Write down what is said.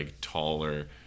taller